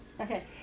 Okay